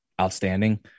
outstanding